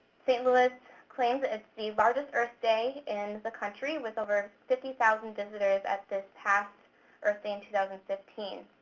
st. louis claims that it's the largest earth day in the country, with over fifty thousand visitors at this past earth day in two thousand and fifteen.